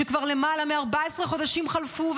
שכבר למעלה מ-14 חודשים חלפו,